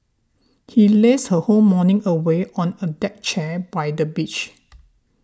she lazed her whole morning away on a deck chair by the beach